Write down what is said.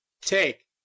take